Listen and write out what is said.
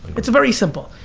it's a very simple.